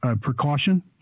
precaution